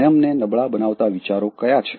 સ્વયં ને નબળા બનાવતા વિચારો કયા છે